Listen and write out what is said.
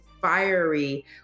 fiery